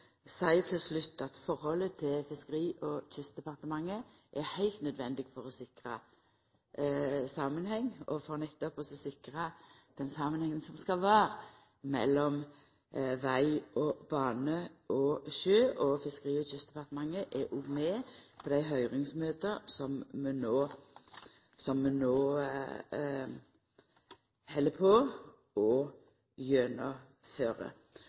til slutt seia at forholdet til Fiskeri- og kystdepartementet er heilt nødvendig for å sikra samanheng, for nettopp å sikra den samanhengen som skal vera mellom veg, bane og sjø. Fiskeri- og kystdepartementet er òg med på det høyringsmøtet som